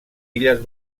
illes